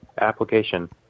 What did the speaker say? application